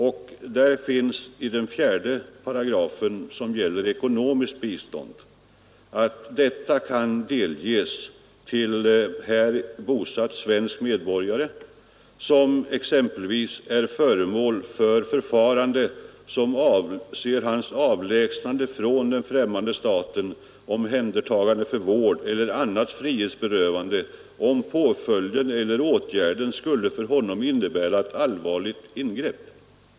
I 48 heter det att bistånd utgå som exempelvis är ”föremål för förfarande som avser hans avlägsnande från främmande stat, omhändertagande för vård eller annat frihetsberö vande, om påföljden eller åtgärden skulle för honom medföra allvarliga nackdelar”.